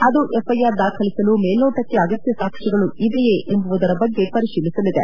ಅದು ಎಫ್ಐಆರ್ ದಾಖಲಿಸಲು ಮೇಲ್ನೋಟಕ್ಕೆ ಅಗತ್ತ ಸಾಕ್ಷ್ಮಗಳು ಇವೆಯೇ ಎಂಬುವುದರ ಬಗ್ಗೆ ಪರಿಶೀಲಿಸಲಿದೆ